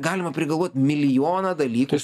galima prigalvot milijoną dalykų